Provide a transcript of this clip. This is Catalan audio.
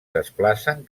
desplacen